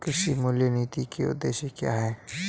कृषि मूल्य नीति के उद्देश्य क्या है?